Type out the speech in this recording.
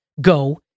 go